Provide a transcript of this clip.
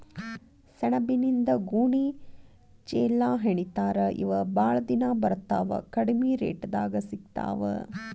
ಸೆಣಬಿನಿಂದ ಗೋಣಿ ಚೇಲಾಹೆಣಿತಾರ ಇವ ಬಾಳ ದಿನಾ ಬರತಾವ ಕಡಮಿ ರೇಟದಾಗ ಸಿಗತಾವ